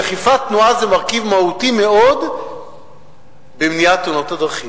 והאכיפה היא מרכיב מהותי מאוד במניעת תאונות הדרכים.